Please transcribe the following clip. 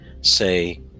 say